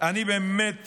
אני באמת